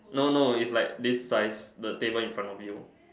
no no it's like this size the table in front of you